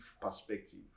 perspective